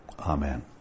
Amen